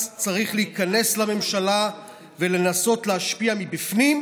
צריך להיכנס לממשלה ולנסות להשפיע מבפנים,